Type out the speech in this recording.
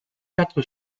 quatre